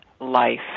life